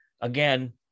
Again